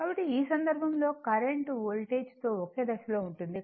కాబట్టి ఈ సందర్భంలో కరెంట్ వోల్టేజ్ తో ఒకే దశలో ఉంటుంది